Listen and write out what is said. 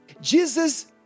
Jesus